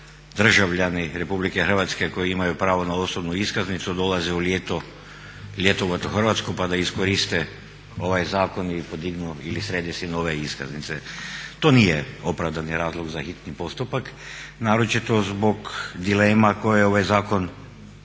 državljani Republike Hrvatske koji imaju pravo na osobnu iskaznicu dolaze u ljeto, ljetovati u Hrvatsku pa da iskoriste ovaj zakon i podignu ili srede si nove iskaznice. To nije opravdani razlog za hitni postupak naročito zbog dilema koje ovaj zakon